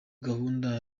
gahunda